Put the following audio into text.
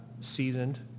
seasoned